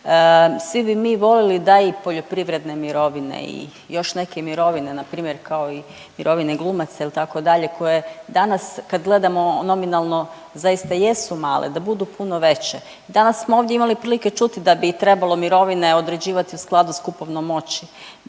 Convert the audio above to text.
Svi bi mi voljeli da i poljoprivredne mirovine i još neke mirovine na primjer kao i mirovine glumaca itd. koje danas kad gledamo nominalno zaista jesu male da budu puno veće. Danas smo ovdje imali prilike čuti da bi trebalo mirovine određivati u skladu sa kupovnom moći.